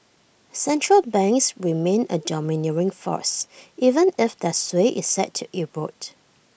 central banks remain A domineering force even if their sway is set to erode